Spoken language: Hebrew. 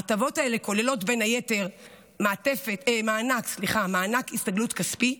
ההטבות האלה כוללות בין היתר מענק הסתגלות כספי,